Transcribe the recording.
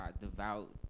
devout